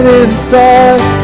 inside